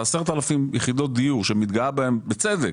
ה-10,000 יחידות דיור שמתגאה בהם, בצדק,